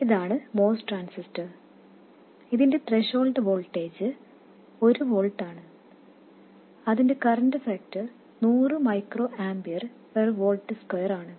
ഇതാണ് MOS transistor ഇതിന്റെ threshold voltage 1 volt അതിന്റെ current factor 100 micro ampere per volt square ആണ്